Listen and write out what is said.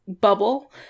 bubble